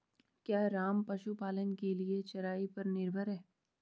क्या राम पशुपालन के लिए चराई पर निर्भर है?